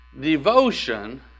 devotion